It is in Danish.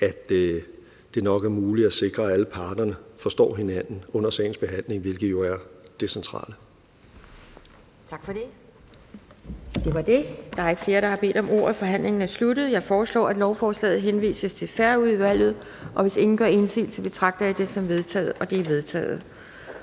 at det nok er muligt at sikre, at alle parterne forstår hinanden under sagens behandling, hvilket jo er det centrale. Kl. 17:13 Anden næstformand (Pia Kjærsgaard): Tak for det. Det var det. Der er ikke flere, der har bedt om ordet. Forhandlingen er sluttet. Jeg foreslår, at lovforslaget henvises til Færøudvalget. Hvis ingen gør indsigelse, betragter jeg det som vedtaget. Det er vedtaget.